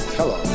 Hello